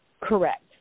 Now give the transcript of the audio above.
Correct